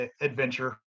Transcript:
adventure